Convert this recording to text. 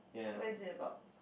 what is it about